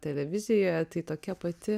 televizijoje tai tokia pati